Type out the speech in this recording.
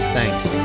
Thanks